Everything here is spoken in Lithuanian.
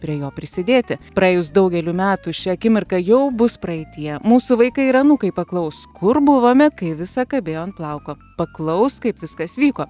prie jo prisidėti praėjus daugeliui metų ši akimirka jau bus praeityje mūsų vaikai ir anūkai paklaus kur buvome kai visa kabėjo ant plauko paklaus kaip viskas vyko